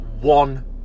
one